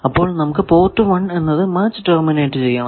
അപ്പോൾ നമുക്ക് പോർട്ട് 1 എന്നത് മാച്ച് ടെർമിനേറ്റ് ചെയ്യണം